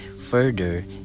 Further